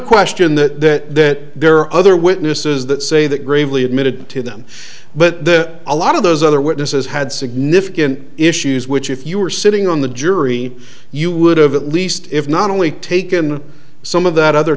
question that there are other witnesses that say that gravely admitted to them but the a lot of those other witnesses had significant issues which if you were sitting on the jury you would have at least if not only taken some of that other